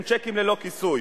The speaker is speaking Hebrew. הם צ'קים ללא כיסוי.